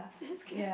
cheesecake